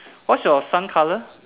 what's your sun color